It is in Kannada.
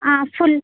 ಹಾಂ ಫುಲ್